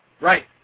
Right